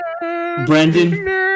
Brandon